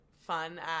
fun